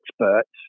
experts